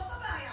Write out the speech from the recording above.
זאת הבעיה.